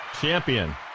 champion